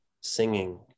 singing